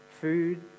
food